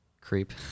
creep